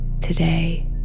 today